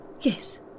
Yes